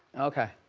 okay.